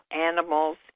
animals